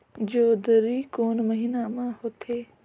जोंदरी कोन महीना म होथे?